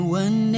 one